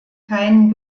keinen